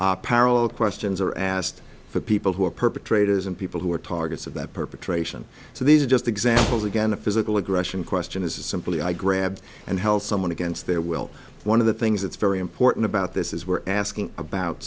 parallel questions are asked for people who are perpetrators and people who are targets of that perpetration so these are just examples again a physical aggression question is simply i grabbed and held someone against their will one of the things that's very important about this is we're asking about